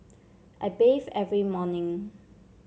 I bathe every morning